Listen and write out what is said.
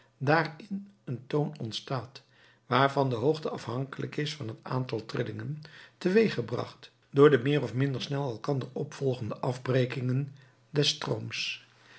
daarin een toon ontstaat waarvan de hoogte afhankelijk is van het aantal trillingen te weeg gebracht door de meer of minder snel elkander opvolgende afbrekingen des strooms